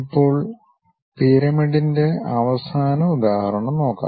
ഇപ്പോൾ പിരമിഡിന്റെ അവസാന ഉദാഹരണം നോക്കാം